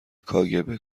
kgb